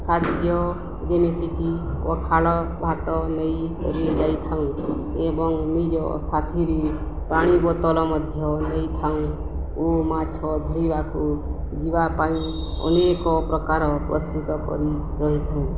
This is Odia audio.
ଖାଦ୍ୟ ଯେମିତିକି ପଖାଳ ଭାତ ନେଇକି ଯାଇଥାଉଁ ଏବଂ ନିଜ ସାଥିରେ ପାଣି ବୋତଲ ମଧ୍ୟ ନେଇଥାଉଁ ଓ ମାଛ ଧରିବାକୁ ଯିବାପାଇଁ ଅନେକ ପ୍ରକାର ପ୍ରସ୍ତୁତ କରି ରହିଥାଉ